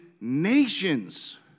nations